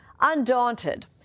Undaunted